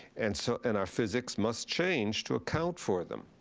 and so and our physics must change to account for them.